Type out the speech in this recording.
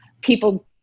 people